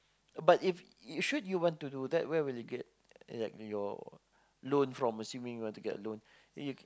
uh but if should you want to do that where will you get like your loan from assuming you want to get a loan then you